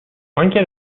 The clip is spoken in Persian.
آنکه